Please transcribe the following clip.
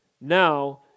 Now